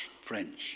friends